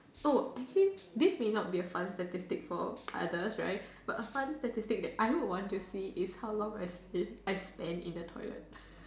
oh I think this may not be a fun statistics for others right but a fun statistic that I would want to see is how long I spen~ I spent in the toilet